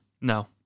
No